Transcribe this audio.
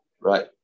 Right